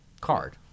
card